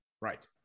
Right